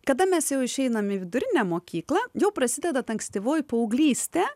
kada mes jau išeinam į vidurinę mokyklą jau prasideda ta ankstyvoji paauglystė